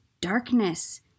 darkness